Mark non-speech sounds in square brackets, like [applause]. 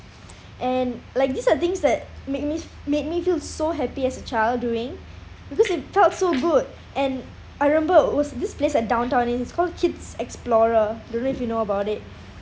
and like these are the things that made me made me feel so happy as a child doing because it felt so good and I remember was this place at downtown east it's called kids explorer don't know if you know about it [breath]